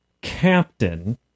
captain